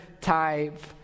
type